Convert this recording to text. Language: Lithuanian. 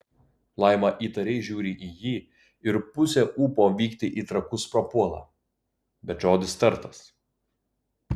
laima įtariai žiūri į jį ir pusė ūpo vykti į trakus prapuola bet žodis tartas